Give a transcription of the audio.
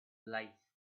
life